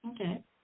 Okay